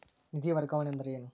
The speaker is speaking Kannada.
ನಿಧಿ ವರ್ಗಾವಣೆ ಅಂದರೆ ಏನು?